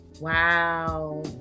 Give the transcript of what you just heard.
Wow